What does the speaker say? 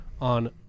on